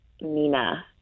Nina